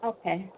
Okay